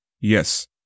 Yes